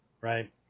right